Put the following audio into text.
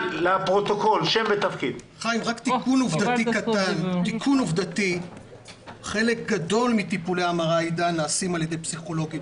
רק תיקון עובדתי קטן: חלק גדול מטיפולי ההמרה נעשים על ידי פסיכולוגים,